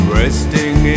resting